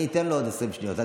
אני אתן לו עוד 20 שניות, אל